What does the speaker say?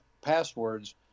passwords